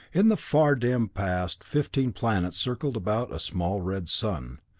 in the far, dim past fifteen planets circled about a small, red sun.